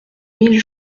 mille